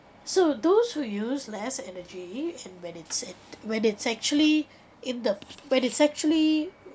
so those who use less energy and when it's at when it's actually in the when it's actually